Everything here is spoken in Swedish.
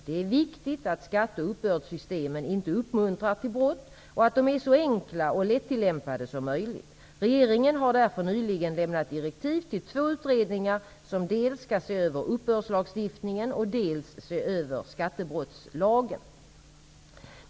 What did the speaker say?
Det är viktigt att skatte och uppbördssystemen inte uppmuntrar till brott och att de är så enkla och lättillämpade som möjligt. Regeringen har därför nyligen lämnat direktiv till två utredningar som skall dels se över uppbördslagstiftningen, dels se över skattebrottslagen m.m.